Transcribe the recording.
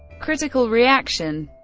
critical reaction